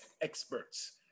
experts